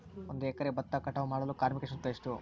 ಒಂದು ಎಕರೆ ಭತ್ತ ಕಟಾವ್ ಮಾಡಲು ಕಾರ್ಮಿಕ ಶುಲ್ಕ ಎಷ್ಟು?